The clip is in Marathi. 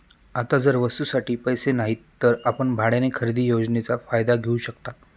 आता जर वस्तूंसाठी पैसे नाहीत तर आपण भाड्याने खरेदी योजनेचा फायदा घेऊ शकता